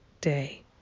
day